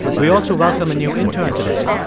we also welcome a new intern today,